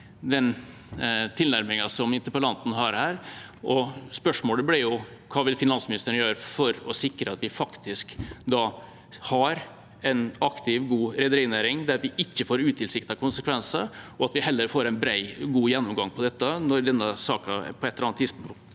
spørsmålet blir jo: Hva vil finansministeren gjøre for å sikre at vi faktisk har en aktiv og god rederinæring der vi ikke opplever utilsiktede konsekvenser, og at vi heller får en bred og god gjennomgang av dette når denne saken på et eller annet tidspunkt